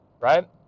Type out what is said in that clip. right